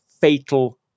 fatal